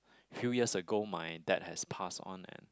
few years ago my dad has passed on and